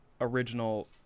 original